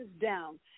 down